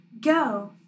Go